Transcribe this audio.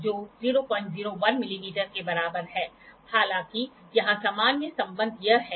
यहाँ एक ब्लेड है जो वर्कपीस के संपर्क में आता है